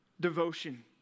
devotion